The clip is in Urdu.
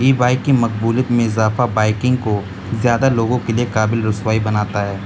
ای بائک کی مقبولیت میں اضافہ بائکنگ کو زیادہ لوگوں کے لیے قابل رسوائی بناتا ہے